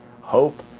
hope